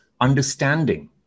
understanding